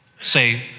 Say